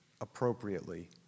appropriately